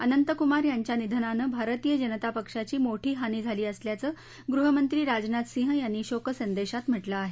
अनंतकुमार यांच्या निधनानं भारतीय जनता पक्षाची मोठी हानी झाली असल्याचं गृहमंत्री राजनाथ सिंह यांनी शोकसंदेशात म्हटलं आहे